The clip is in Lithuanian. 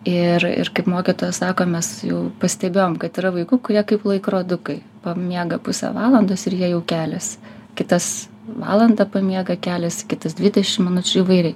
ir ir kaip mokytoja sako mes jau pastebėjom kad yra vaikų kurie kaip laikrodukai pamiega pusę valandos ir jie jau kelis kitas valandą pamiega keliasi kitas dvidešimt minučių įvairiai